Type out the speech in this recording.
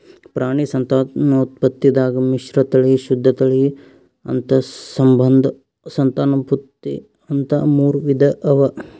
ಪ್ರಾಣಿ ಸಂತಾನೋತ್ಪತ್ತಿದಾಗ್ ಮಿಶ್ರತಳಿ, ಶುದ್ಧ ತಳಿ, ಅಂತಸ್ಸಂಬಂಧ ಸಂತಾನೋತ್ಪತ್ತಿ ಅಂತಾ ಮೂರ್ ವಿಧಾ ಅವಾ